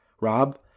Rob